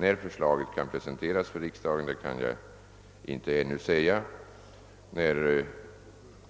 När förslaget kan presenteras för riksdagen kan jag inte ännu säga.